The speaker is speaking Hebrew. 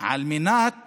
על מנת